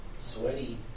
Sweaty